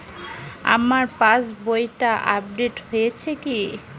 আমার পাশবইটা আপডেট হয়েছে কি?